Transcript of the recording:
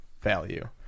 value